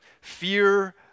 fear